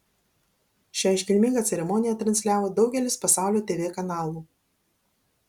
šią iškilmingą ceremoniją transliavo daugelis pasaulio tv kanalų